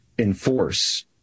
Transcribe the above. enforce